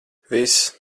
viss